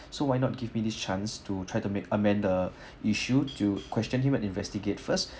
so why not give me this chance to try to make amend the issue to question him and investigate first